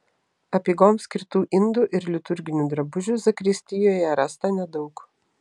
apeigoms skirtų indų ir liturginių drabužių zakristijoje rasta nedaug